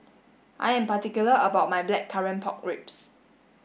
I am particular about my blackcurrant pork ribs